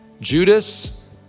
Judas